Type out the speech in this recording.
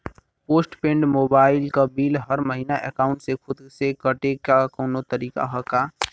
Post paid mobile क bill हर महिना एकाउंट से खुद से कटे क कौनो तरीका ह का?